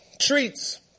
treats